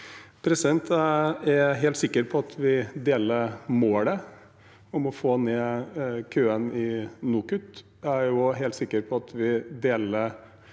Jeg er helt sikker på at vi deler målet om å få ned køen i NOKUT.